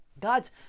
God's